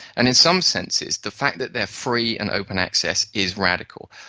and in some senses the fact that they are free and open access is radical.